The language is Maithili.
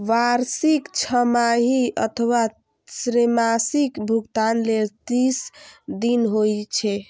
वार्षिक, छमाही अथवा त्रैमासिक भुगतान लेल तीस दिन होइ छै